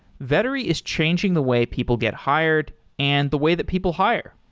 vettery is changing the way people get hired and the way that people hire.